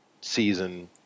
season